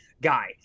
guy